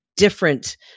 different